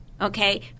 okay